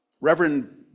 Reverend